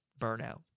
burnout